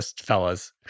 fellas